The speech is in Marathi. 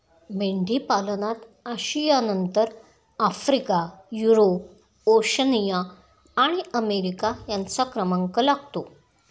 मेंढीपालनात आशियानंतर आफ्रिका, युरोप, ओशनिया आणि अमेरिका यांचा क्रमांक लागतो